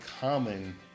common